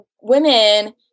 women